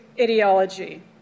ideology